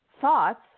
thoughts